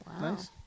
nice